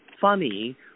funny